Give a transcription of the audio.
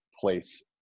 place